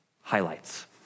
highlights